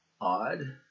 odd